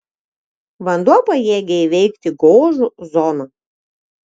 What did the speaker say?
vanduo pajėgia įveikti gožų zoną